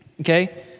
okay